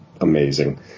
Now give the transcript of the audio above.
amazing